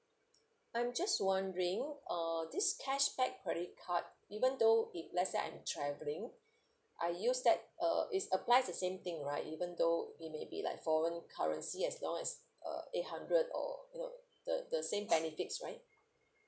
I'm just wondering uh this cashback credit card even though if let's say I'm travelling I use that uh it applies the same thing right even though it may be like foreign currency as long as uh eight hundred or you know the the same benefits right